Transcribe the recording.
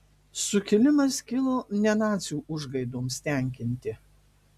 sukilimas kilo ne nacių užgaidoms tenkinti